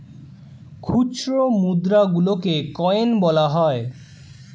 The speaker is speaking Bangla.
খুচরো মুদ্রা গুলোকে কয়েন বলা হয়